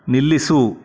ನಿಲ್ಲಿಸು